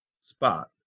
spot